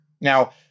Now